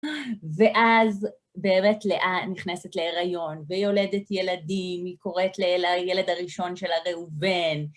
ואז לאה באמת נכנסת להיריון, ויולדת ילדים, היא קוראת לילד הראשון שלה ראובן.